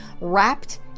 wrapped